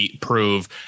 prove